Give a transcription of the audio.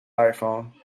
iphone